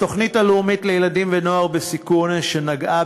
התוכנית הלאומית לילדים ונוער בסיכון שנגעה